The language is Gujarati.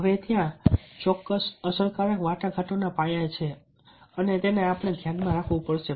હવે ત્યાં ચોક્કસ અસરકારક વાટાઘાટોના પાયા છે અને તેને આપણે ધ્યાનમાં રાખવું પડશે